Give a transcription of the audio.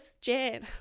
jan